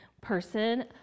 person